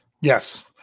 Yes